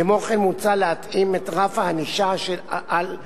כמו כן, מוצע להתאים את רף הענישה של עבירות